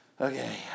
Okay